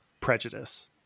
prejudice